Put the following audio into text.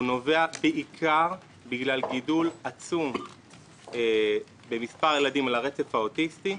הוא נובע בעיקר בגלל גידול עצום במספר הילדים על הרצף האוטיסטי,